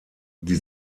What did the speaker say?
die